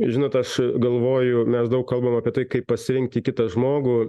žinot aš galvoju mes daug kalbam apie tai kaip pasirinkti kitą žmogų